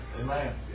Amen